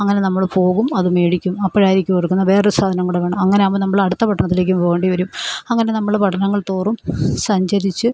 അങ്ങനെ നമ്മൾ പോകും അത് മേടിക്കും അപ്പോഴായിരിക്കും ഓർക്കുന്നത് വേറെ ഒരു സാധനം കൂടെ വേണം അങ്ങനെ ആവുമ്പോൾ നമ്മൾ അടുത്ത പട്ടണത്തിലേക്കും പോകേണ്ടി വരും അങ്ങനെ നമ്മൾ പട്ടണങ്ങൾ തോറും സഞ്ചരിച്ച്